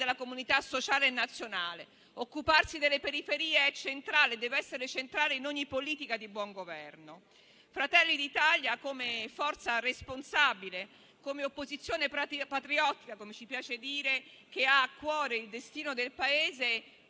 della comunità sociale e nazionale. Occuparsi delle periferie è e deve essere centrale in ogni politica di buon governo. Fratelli d'Italia, come forza responsabile, come opposizione patriottica - come ci piace definirci - che ha a cuore il destino del Paese,